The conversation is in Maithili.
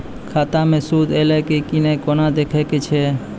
खाता मे सूद एलय की ने कोना देखय छै?